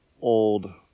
old